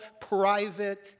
private